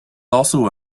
also